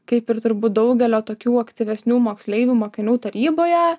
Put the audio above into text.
kaip ir turbūt daugelio tokių aktyvesnių moksleivių mokinių taryboje